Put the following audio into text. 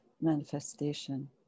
manifestation